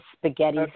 spaghetti